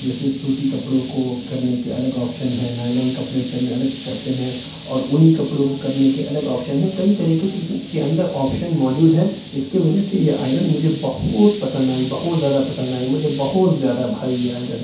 جیسے سوتی کپڑوں کو کرنے کے الگ آپشن ہیں نائلون کپڑے کرنے الگ آپشن ہیں اور اونی کپڑوں کو کرنے کے الگ آپشن ہیں کئی طریقے کے اس میں کے اندر آپشن موجود ہیں جس کی وجہ سے یہ آئرن مجھے بہت پسند آئی بہت زیادہ پسند آئی مجھے بہت زیادہ بھائی یہ آئرن